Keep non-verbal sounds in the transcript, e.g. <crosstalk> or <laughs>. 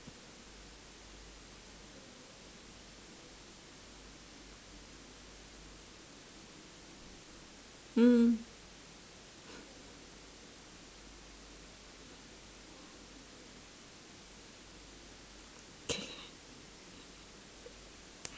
mm <laughs>